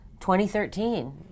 2013